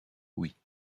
oui